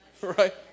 right